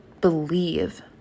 believe